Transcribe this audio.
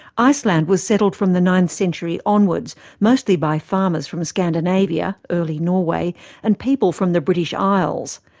iceland was settled from the ninth century onwards, mostly by farmers from scandinavia, early norway and people from the british isles.